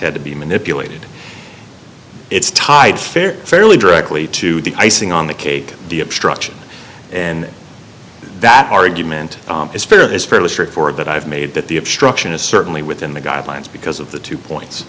had to be manipulated it's tied fair fairly directly to the icing on the cake the obstruction in that argument is fair is fairly straightforward that i've made that the obstruction is certainly within the guidelines because of the two points